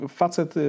facet